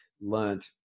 learned